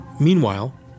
Meanwhile